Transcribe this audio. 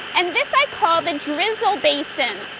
and this i call the drizzle basin.